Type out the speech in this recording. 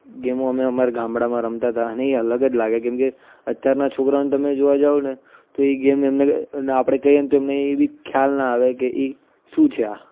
ગેમો અમે અમારા ગામડામાં રમતા હતા અને એ અલગ જ લાગે કેમ કે અત્યારના છોકરાઓને તમે જોવા જાવ ને તો એ ગેમ એમને ને આપણે કહીએ તો એમને એ બી ખ્યાલ ન આવે કે એ શું છે આ